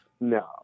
No